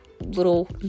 little